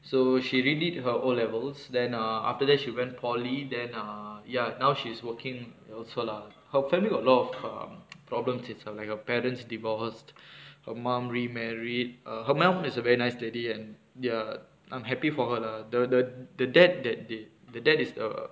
so she redid her O levels then err after that she went polytechnic then err ya now she's working also lah her family got lot of err problems itself like her parents divorced her mom remarried err her mom is a very nice lady and ya I'm happy for her lah the the dad that they the dad is err